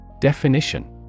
Definition